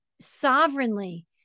sovereignly